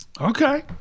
Okay